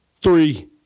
Three